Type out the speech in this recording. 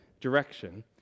direction